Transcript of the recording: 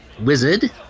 wizard